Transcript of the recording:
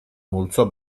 multzo